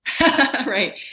Right